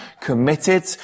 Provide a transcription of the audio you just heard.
committed